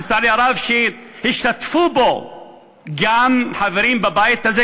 שלצערי הרב השתתפו בו גם חברים בבית הזה,